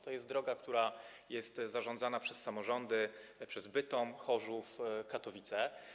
To jest droga, która jest zarządzana przez samorządy, przez Bytom, Chorzów, Katowice.